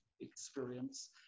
experience